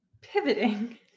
pivoting